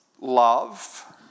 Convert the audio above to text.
love